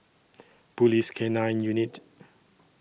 Police K nine Unit